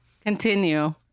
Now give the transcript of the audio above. Continue